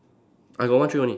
I got one tray only